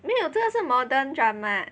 没有这是 modern drama